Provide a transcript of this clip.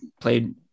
played